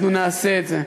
אנחנו נעשה את זה.